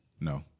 No